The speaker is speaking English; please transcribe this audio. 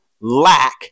lack